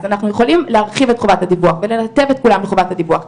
אז אנחנו יכולים להרחיב את חובת הדיווח ולנתב את כולם לחובת הדיווח,